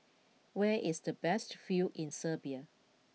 where is the best view in Serbia